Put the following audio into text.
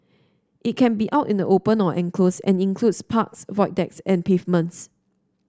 it can be out in the open or enclosed and includes parks Void Decks and pavements